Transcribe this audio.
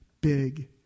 big